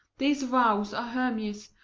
these vows are hermia's.